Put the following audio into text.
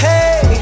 Hey